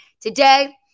today